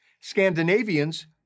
Scandinavians